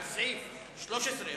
על סעיף 13,